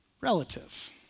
relative